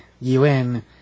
UN